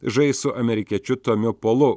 žais su amerikiečiu tomiu polu